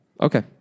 Okay